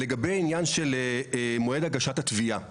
לגבי עניין של מועד הגשת התביעה.